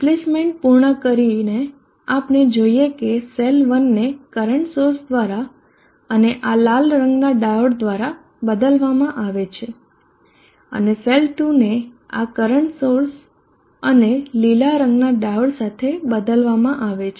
replacement પૂર્ણ કરીને આપણે જોઈએ કે સેલ 1ને કરંટ સોર્સ દ્વારા અને આ લાલ રંગનાં ડાયોડ દ્વારા બદલવામાં આવે છે અને સેલ 2ને આ કરંટ સોર્સ અને લીલા રંગનાં ડાયોડ સાથે બદલવામાં આવે છે